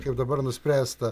kaip dabar nuspręsta